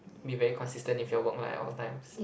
be very consistent with your work like at all times